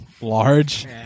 large